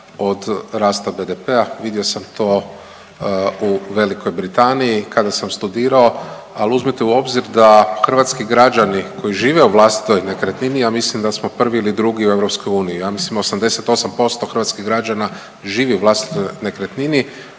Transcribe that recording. od rasta BDP-a. Vidio sam to u Velikoj Britaniji kada sam studirao, ali uzmite u obzir da hrvatski građani koji žive u vlastitoj nekretnini ja mislim da smo prvi ili drugi u EU, ja mislim 88% hrvatskih građana živi u vlastitoj nekretnini.